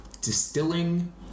distilling